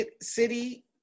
city